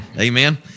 Amen